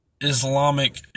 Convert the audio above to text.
Islamic